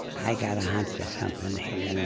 i got a hunch there's something here. and and